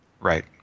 Right